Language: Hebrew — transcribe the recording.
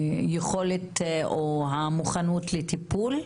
היכולת או המוכנות לטיפול,